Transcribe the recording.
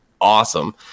awesome